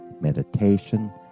meditation